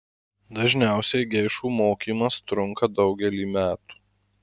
dažniausiai geišų mokymas trunka daugelį metų